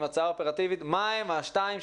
עם הצעה אופרטיבית מה הן השתיים,